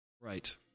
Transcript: Right